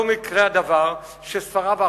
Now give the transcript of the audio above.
לא מקרה הדבר שספריו האחרונים,